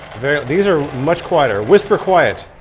these are much quieter. whisper quiet.